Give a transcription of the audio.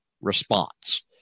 response